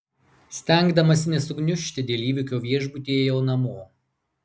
stengdamasi nesugniužti dėl įvykio viešbutyje ėjau namo